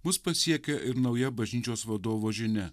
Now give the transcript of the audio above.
mus pasiekia ir nauja bažnyčios vadovo žinia